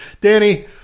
Danny